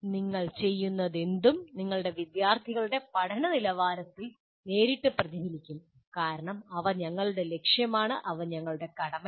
നിങ്ങൾ ചെയ്യുന്നതെന്തും നിങ്ങളുടെ വിദ്യാർത്ഥികളുടെ പഠന നിലവാരത്തിൽ നേരിട്ട് പ്രതിഫലിക്കും കാരണം അവ ഞങ്ങളുടെ ലക്ഷ്യമാണ് അവ ഞങ്ങളുടെ കടമയാണ്